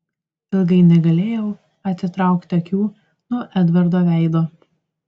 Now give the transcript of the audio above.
ilgai negalėjau atitraukti akių nuo edvardo veido